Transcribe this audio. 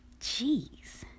Jeez